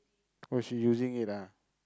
oh she using it ah